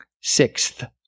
Sixth